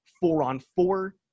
four-on-four